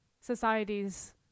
societies